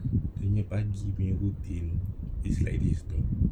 dia nya pagi punya routine is like this [tau]